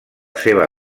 seva